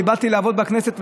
אני באתי לעבוד בכנסת.